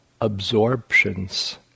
absorptions